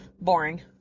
boring